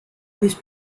these